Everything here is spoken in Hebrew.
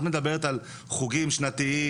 את מדברת על חוגים שנתיים,